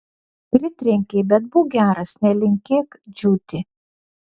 pritrenkei bet būk geras nelinkėk džiūti